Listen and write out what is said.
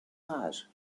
rage